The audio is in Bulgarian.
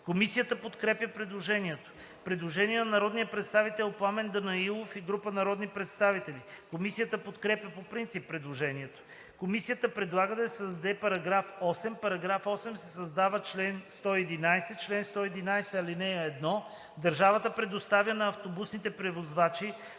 Комисията подкрепя предложението. Предложение на народния представител Пламен Данаилов и група народни представители. Комисията подкрепя по принцип предложението. Комисията предлага да се създаде § 8: „§ 8. Създава се чл. 111: „Чл. 111. (1) Държавата предоставя на автобусните превозвачи,